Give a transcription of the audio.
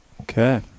Okay